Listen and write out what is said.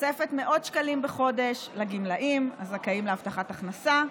תוספת מאות שקלים בחודש לגמלאים הזכאים להבטחת הכנסה,